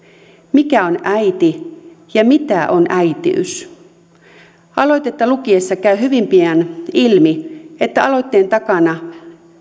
mikä on äiti ja mitä on äitiys aloitetta lukiessa käy hyvin pian ilmi että aloitteen takana